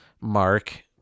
mark